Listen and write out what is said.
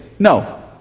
No